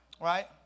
right